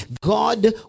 god